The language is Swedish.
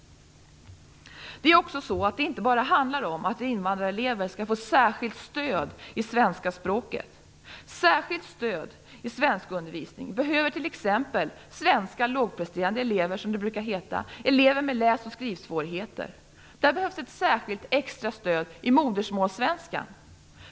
Det handlar inte bara om att invandrarelever skall få särskilt stöd i svenska språket. Särskilt stöd i svenskundervisningen behöver t.ex. svenska lågpresterande elever, som det brukar heta, elever med läsoch skrivsvårigheter; där behövs ett särskilt extra stöd i modersmålssvenska.